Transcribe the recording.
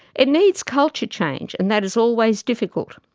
it needs culture change, and that is always difficult.